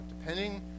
depending